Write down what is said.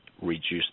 reduce